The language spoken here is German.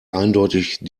eindeutig